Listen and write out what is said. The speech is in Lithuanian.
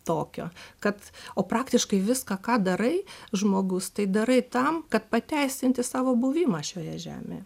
tokio kad o praktiškai viską ką darai žmogus tai darai tam kad pateisinti savo buvimą šioje žemėje